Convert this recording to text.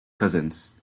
cousins